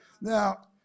Now